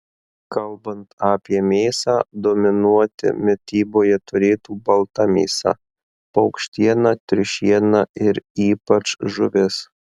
kalbant apie mėsą dominuoti mityboje turėtų balta mėsa paukštiena triušiena ir ypač žuvis